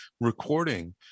recording